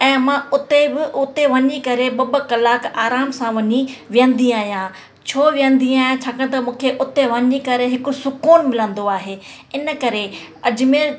ऐं मां उते बि उते वञी करे ॿ ॿ कलाक आराम सां वञी वेहंदी आहियां छो वेहंदी आहियां छाकाणि त मूंखे उते वञी करे हिकु सुक़ून मिलंदो आहे इन करे अजमेर